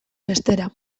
bestera